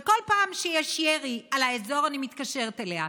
ובכל פעם שיש ירי על האזור אני מתקשרת אליה.